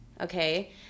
okay